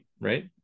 right